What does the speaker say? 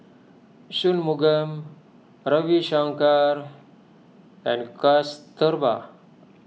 Shunmugam Ravi Shankar and Kasturba